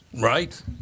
Right